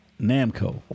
Namco